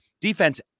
Defense